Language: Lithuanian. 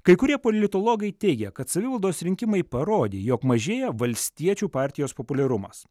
kai kurie politologai teigia kad savivaldos rinkimai parodė jog mažėja valstiečių partijos populiarumas